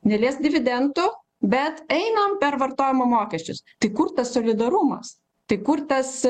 neliesk dividendų bet einam per vartojimo mokesčius tai kur tas solidarumas tai kur tas